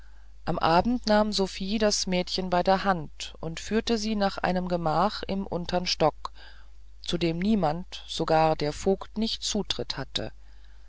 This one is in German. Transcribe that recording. am abend nahm sophie das mädchen bei der hand und führte sie nach einem gemache im untern stock zu dem niemand sogar der vogt nicht zutritt hatte